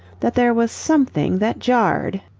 that there was something that jarred.